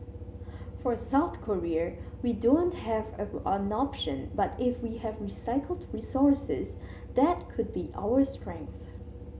for South Korea we don't have an option but if we have recycled resources that could be our strength